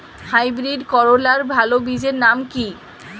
Hybrid করলার ভালো বীজের নাম কি?